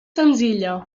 senzilla